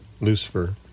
Lucifer